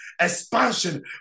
expansion